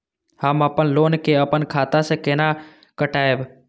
हम अपन लोन के अपन खाता से केना कटायब?